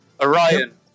Orion